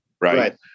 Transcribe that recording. right